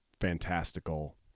fantastical